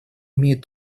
имеют